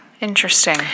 Interesting